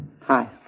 Hi